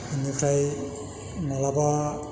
बिनिफ्राय माब्लाबा